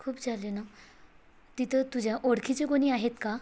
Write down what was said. खूप झाले ना तिथं तुझ्या ओळखीचे कोणी आहेत का